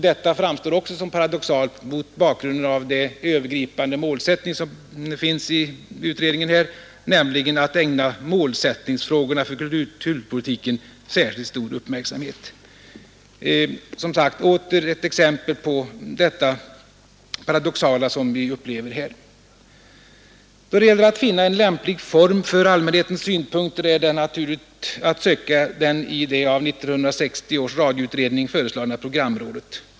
Detta framstår också som paradoxalt mot bakgrunden av den övergripande målsättning som finns i utredningen, nämligen att ägna målsättningsfrågorna för kulturpolitiken särskilt stor uppmärksamhet. Då det gäller att finna ett lämpligt forum för allmänhetens synpunkter är det naturligt att söka detta i det av 1960 års radioutredning föreslagna programrådet.